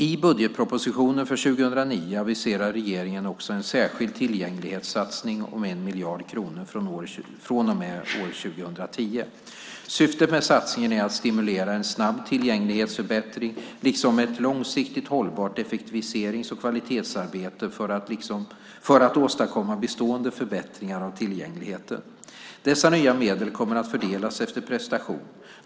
I budgetpropositionen för 2009 aviserar regeringen också en särskild tillgänglighetssatsning om 1 miljard kronor per år från och med 2010. Syftet med satsningen är att stimulera en snabb tillgänglighetsförbättring liksom ett långsiktigt hållbart effektiviserings och kvalitetsarbete för att åstadkomma bestående förbättringar av tillgängligheten. Dessa nya medel kommer att fördelas efter prestation.